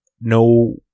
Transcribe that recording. no